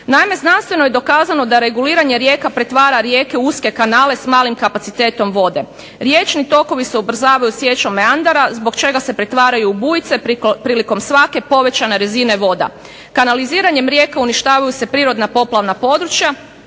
Naime, znanstveno je dokazano da reguliranje rijeka pretvara rijeke u uske kanale s malim kapacitetom vode. Riječni tokovi se ubrzavaju sječom meandara zbog čega se pretvaraju u bujice prilikom svake povećane razine voda. Kanaliziranjem rijeka uništavaju se prirodna poplavna područja,